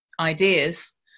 ideas